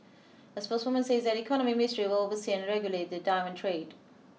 a spokeswoman says that the Economy Ministry will oversee and regulate the diamond trade